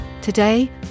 Today